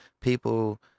people